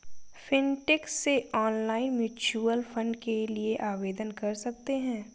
fintech से online mutual fund के लिए आवेदन कर सकते हैं